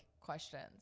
questions